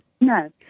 No